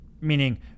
meaning